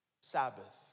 Sabbath